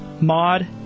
mod